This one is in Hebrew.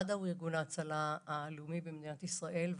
מד"א הוא ארגון ההצלה הלאומי במדינת ישראל,